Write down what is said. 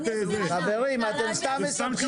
אסביר